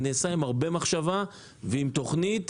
זה נעשה עם הרבה מחשבה ועם תוכנית,